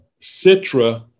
Citra